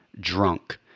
drunk